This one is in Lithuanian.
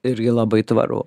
irgi labai tvaru